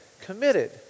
committed